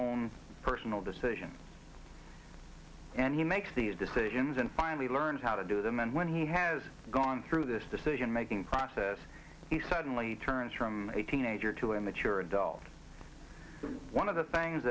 own personal decision and he makes these decisions and finally learned how to do them and when he has gone through this decision making process he suddenly turns from a teenager to him that your adult one of the things